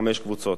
לחמש קבוצות,